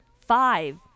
five